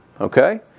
Okay